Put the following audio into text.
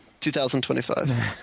2025